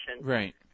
Right